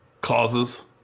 Causes